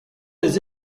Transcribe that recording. les